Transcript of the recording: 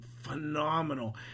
phenomenal